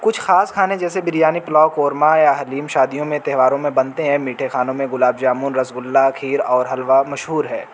کچھ خاص کھانے جیسے بریانی پلاؤ قورمہ یا حلیم شادیوں میں تہواروں میں بنتے ہیں میٹھے خانوں میں گلاب جامن رس گلا کھیر اور حلوہ مشہور ہے